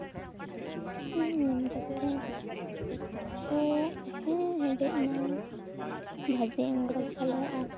ᱮᱢ ᱠᱟᱛᱮ ᱦᱮᱸ ᱦᱮᱸ ᱦᱮᱰᱮᱡ ᱮᱱᱟ ᱵᱷᱟᱹᱡᱤ ᱟᱬᱜᱳ ᱠᱮᱫᱟᱞᱮ ᱟᱨ